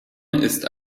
ist